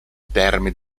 terme